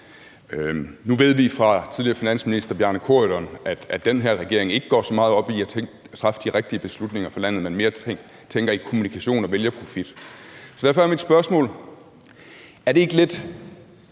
Nu ved vi fra tidligere finansminister Bjarne Corydon, at den her regering ikke går så meget op i at træffe de rigtige beslutninger for landet, men mere tænker i kommunikation og vælgerprofit. Så derfor er mit spørgsmål: Har man ikke en lidt